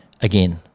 again